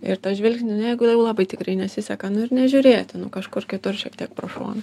ir tą žvilgsnį nu jeigu jau labai tikrai nesiseka nu ir nežiūrėti nu kažkur kitur šiek tiek pro šoną